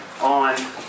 on